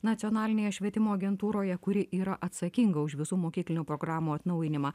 nacionalinėje švietimo agentūroje kuri yra atsakinga už visų mokyklinių programų atnaujinimą